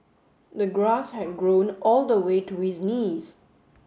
the grass had grown all the way to his knees